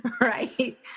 right